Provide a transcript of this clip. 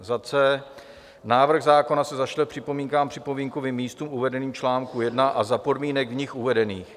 c) návrh zákona se zašle k připomínkám připomínkovým místům uvedeným v čl. 1 a za podmínek v nich uvedených;